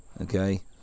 Okay